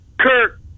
Kirk